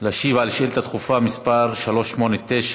להשיב על שאילתה דחופה מס' 389,